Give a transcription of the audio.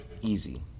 easy